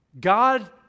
God